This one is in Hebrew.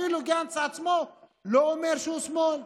אפילו גנץ עצמו לא אומר שהוא שמאל.